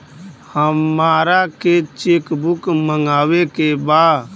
हमारा के cheque book मगावे के बा?